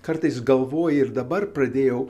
kartais galvoji ir dabar pradėjau